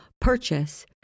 purchase